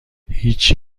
هیچ